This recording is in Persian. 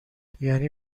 یعنی